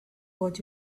what